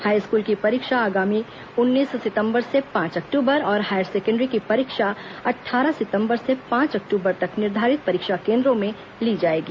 high school की परीक्षा आगामी उन्नीस सितंबर से पांच अक्टूबर और हायर सेकेण्डरी की परीक्षा अट्ठारह सितंबर से पांच अक्टूबर तक निर्धारित परीक्षा केंद्रों में ली जाएगी